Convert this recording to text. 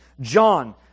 John